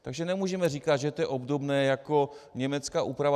Takže nemůžeme říkat, že to je obdobné jako německá úprava.